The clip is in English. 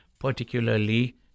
particularly